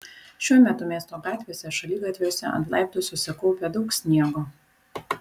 šiuo metu miesto gatvėse šaligatviuose ant laiptų susikaupę daug sniego